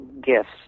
gifts